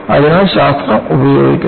അതിനാൽ ശാസ്ത്രം ഉപയോഗിക്കുന്നു